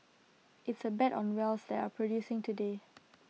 it's A bet on wells that are producing today